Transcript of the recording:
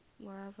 wherever